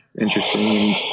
interesting